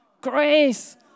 grace